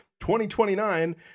2029